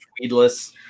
weedless